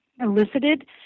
elicited